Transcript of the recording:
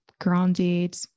grounded